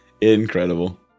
Incredible